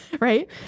Right